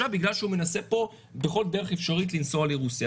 בגלל שהוא מנסה בכל דרך אפשרית לנסוע לרוסיה.